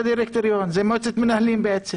זה דירקטוריון, זה מועצת מנהלים בעצם.